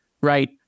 Right